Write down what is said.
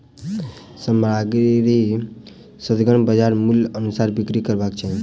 सामग्री सदिखन बजार मूल्यक अनुसार बिक्री करबाक चाही